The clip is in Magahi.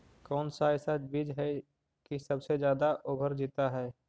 कौन सा ऐसा बीज है की सबसे ज्यादा ओवर जीता है?